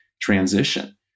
transition